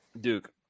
Duke